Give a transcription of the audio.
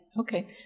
Okay